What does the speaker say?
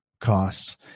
costs